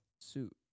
suit